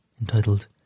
entitled